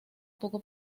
poco